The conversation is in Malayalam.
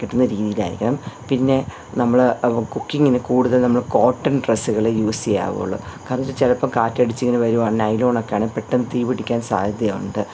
കിട്ടുന്ന രീതിയിലായിരിക്കണം പിന്നെ നമ്മൾ കുക്കിങ്ങിന് കൂടുതൽ നമ്മൾ കോട്ടൺ ഡ്രസ്സുകൾ യൂസ് ചെയ്യാവുള്ളൂ കാരണം ഇത് ചിലപ്പോൾ കാറ്റടിച്ച് ഇങ്ങനെ വരുവാണെങ്കിൽ നൈലോൺ ഒക്കെ ആണെങ്കിൽ പെട്ടെന്ന് തീ പിടിക്കാൻ സാധ്യതയുണ്ട്